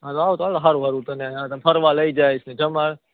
હાતો આવતો આવતો હાલ સારું સારું તને ફરવા લઈ જાઈસને જમવા